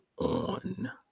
on